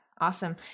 Awesome